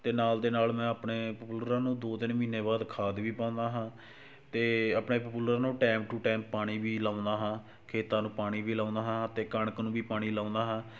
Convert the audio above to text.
ਅਤੇ ਨਾਲ ਦੇ ਨਾਲ ਮੈਂ ਆਪਣੇ ਪਪੂਲਰਾਂ ਨੂੰ ਦੋ ਤਿੰਨ ਮਹੀਨੇ ਬਾਅਦ ਖਾਦ ਵੀ ਪਾਉਂਦਾ ਹਾਂ ਅਤੇ ਆਪਣੇ ਪਪੂਲਰ ਨੂੰ ਟਾਈਮ ਟੂ ਟਾਈਮ ਪਾਣੀ ਵੀ ਲਾਉਂਦਾ ਹਾਂ ਖੇਤਾਂ ਨੂੰ ਪਾਣੀ ਵੀ ਲਾਉਂਦਾ ਹਾਂ ਅਤੇ ਕਣਕ ਨੂੰ ਵੀ ਪਾਣੀ ਲਾਉਂਦਾ ਹਾਂ